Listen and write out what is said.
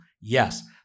Yes